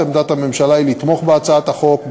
עמדת הממשלה היא לתמוך בהצעת החוק,